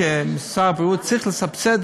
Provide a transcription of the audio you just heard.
כשר הבריאות, צריך לסבסד